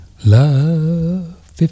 Love